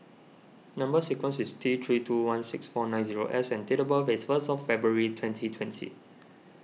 Number Sequence is T three two one six four nine zero S and date of birth is first February twenty twenty